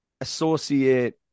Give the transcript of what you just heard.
associate